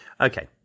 Okay